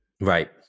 Right